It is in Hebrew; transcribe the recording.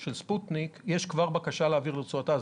של ספוטניק יש כבר בקשה להעביר לרצועת עזה.